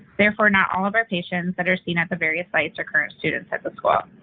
therefore, not all of our patients that are seen at the various sites are current students at the school.